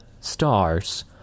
stars